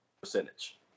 percentage